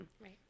right